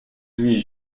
huit